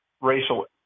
racial